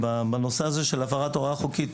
בנושא של הפרת הוראה חוקית,